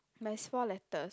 but it's four letter